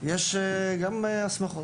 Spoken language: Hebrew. יש הסמכות,